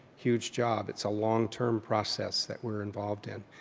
huge job. it's a long-term process that we're involved in.